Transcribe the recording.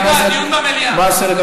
דיון במליאה.